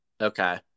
Okay